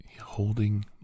holding